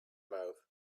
mouth